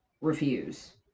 refuse